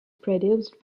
produced